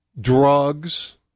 drugs